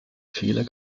fehler